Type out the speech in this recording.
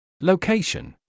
Location